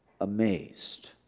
amazed